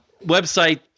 website